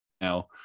now